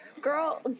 girl